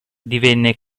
divenne